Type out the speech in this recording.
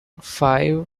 five